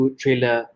trailer